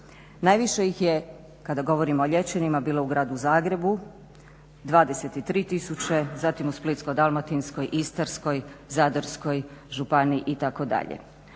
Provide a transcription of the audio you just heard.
Najviše ih je kada govorimo o liječenima bilo u gradu Zagrebu 23000, zatim u Splitsko-dalmatinskoj, Istarskoj, Zadarskoj županiji itd.